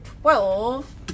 twelve